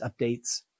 updates